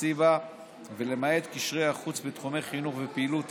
חפציב"ה ולמעט קשרי החוץ בתחומי חינוך ופעילות